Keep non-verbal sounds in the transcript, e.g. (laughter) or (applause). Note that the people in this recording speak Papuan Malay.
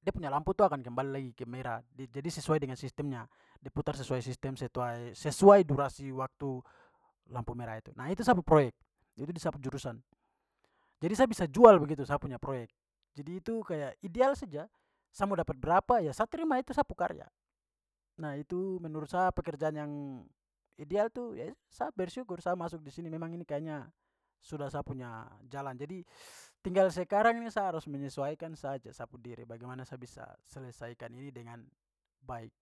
dia punya lampu tu akan kembali lagi ke merah. Ja-jadi sesuai dengan sistemnya- diputar sesuai sistem setuai- sesuai durasi waktu lampu merah itu. Nah, itu sa pu proyek itu di sa pu jurusan. Jadi sa bisa jual begitu sa punya proyek. Jadi itu kayak ideal saja sa mau dapat berapa ya sa terima itu sa pu karya. Nah, itu menurut saya pekerjaan yang ideal tu ya itu. Sa bersyukur sa masuk di sini. Memang ini kayaknya sudah sa punya jalan. Jadi (noise) tinggal sekarang ini sa harus menyesuaikan saja sa pu diri bagaimana sa bisa selesaikan ini dengan baik.